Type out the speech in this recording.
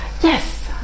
Yes